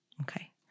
Okay